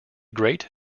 great